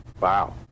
Wow